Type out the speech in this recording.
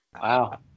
wow